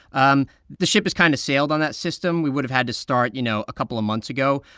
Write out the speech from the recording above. um the ship has kind of sailed on that system. we would've had to start, you know, a couple of months ago.